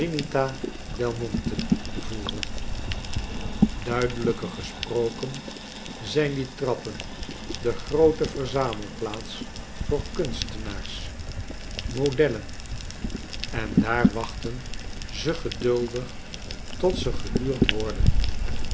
voeren duidelijker gesproken zijn die trappen de groote verzamelplaats voor kunstenaars modellen en daar wachten ze geduldig tot ze gehuurd worden